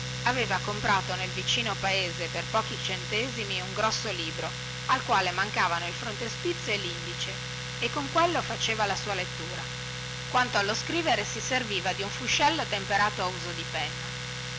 aveva comprato nel vicino paese per pochi centesimi un grosso libro al quale mancavano il frontespizio e lindice e con quello faceva la sua lettura quanto allo scrivere si serviva di un fuscello temperato a uso penna